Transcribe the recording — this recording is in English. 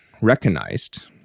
recognized